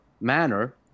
manner